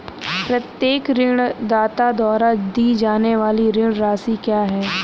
प्रत्येक ऋणदाता द्वारा दी जाने वाली ऋण राशि क्या है?